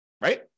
Right